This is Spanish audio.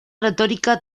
retórica